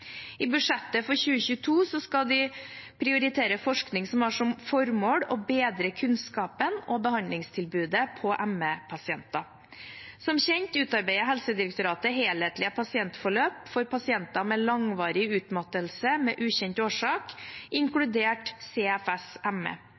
I budsjettet for 2022 skal de prioritere forskning som har som formål å bedre kunnskapen om og behandlingstilbudet for ME-pasienter. Som kjent utarbeider Helsedirektoratet helhetlige pasientforløp for pasienter med langvarig utmattelse med ukjent årsak,